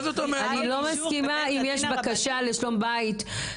אם יש בקשה לשלום בית,